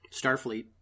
Starfleet